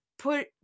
Put